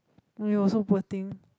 !aiyo! so poor thing